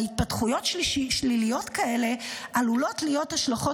להתפתחויות שליליות כאלה עלולות להיות השלכות